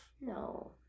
No